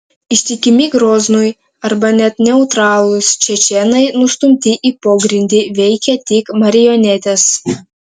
ištikimi groznui arba net neutralūs čečėnai nustumti į pogrindį veikia tik marionetės